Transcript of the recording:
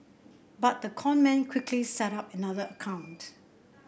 but the con man quickly set up another account